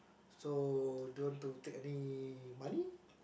so don't to take any money